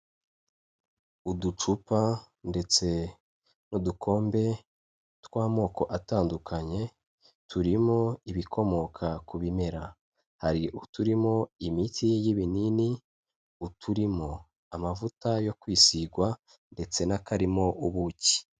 Uducupa ndetse n'udukombe tw'amoko atandukanye turimo ibikomoka ku bimera hari uturimo imiti y'ibinini, uturimo amavuta yo kwisigwa ndetse n'akarimo ubuki.